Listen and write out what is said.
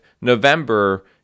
November